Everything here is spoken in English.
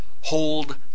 Hold